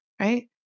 right